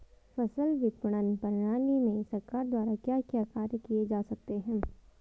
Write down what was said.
फसल विपणन प्रणाली में सरकार द्वारा क्या क्या कार्य किए जा रहे हैं?